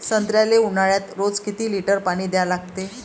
संत्र्याले ऊन्हाळ्यात रोज किती लीटर पानी द्या लागते?